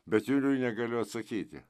bet juliui negaliu atsakyti